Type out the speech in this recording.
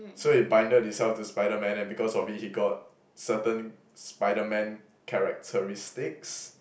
so he binded himself to Spiderman and because of it he got certain Spiderman characteristics